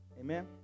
Amen